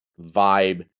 vibe